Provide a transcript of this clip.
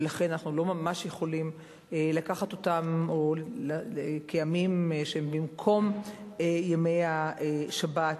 ולכן אנחנו לא ממש יכולים לקחת אותם כימים שהם במקום ימי השבת.